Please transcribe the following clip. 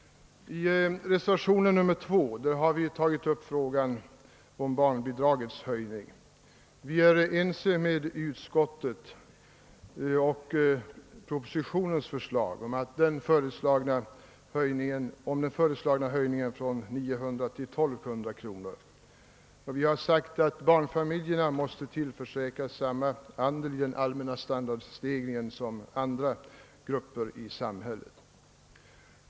I reservationen 2 vid andra lagutskottets utlåtande nr 40 har vi tagit upp frågan om barnbidragets höjning. Vi är ense med utskottsmajoriteten och departementschefen om den föreslagna höjningen från 900 till 1200 kr., och vi har sagt att barnfamiljerna måste tillförsäkras samma andel i den allmänna standardstegringen som andra grupper i samhället.